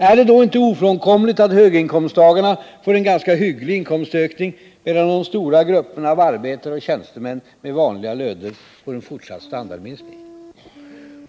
Är det då inte ofrånkomligt att höginkomsttagarna får en ganska hygglig inkomstökning, medan de stora grupperna av arbetare och tjänstemän med vanliga löner får en fortsatt standardminskning?